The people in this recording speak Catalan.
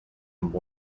amb